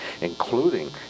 including